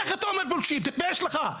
תתבייש לך.